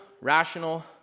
rational